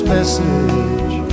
message